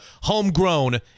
homegrown